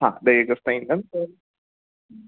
हा ॾही अगस्त ताईं ईंदुमि त